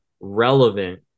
relevant